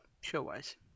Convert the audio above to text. Show-wise